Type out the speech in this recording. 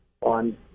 on